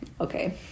Okay